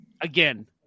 again